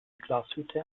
glashütte